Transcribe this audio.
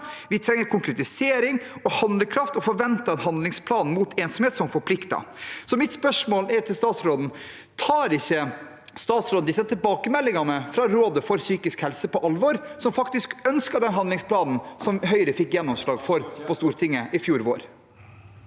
Vi trenger konkretisering og handlekraft, og forventer en handlingsplan mot ensomhet som forplikter.» Mitt spørsmål til statsråden er: Tar ikke statsråden på alvor disse tilbakemeldingene fra Rådet for psykisk helse, som faktisk ønsker den handlingsplanen Høyre fikk gjennomslag for på Stortinget i fjor vår?